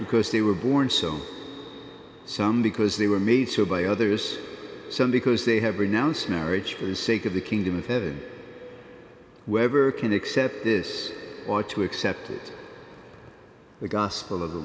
because they were born so some because they were made so by others some because they have renounced marriage for the sake of the kingdom of heaven wherever can accept this or to accept it the gospel of the